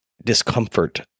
discomfort